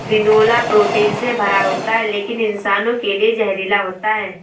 बिनौला प्रोटीन से भरा होता है लेकिन इंसानों के लिए जहरीला होता है